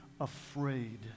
afraid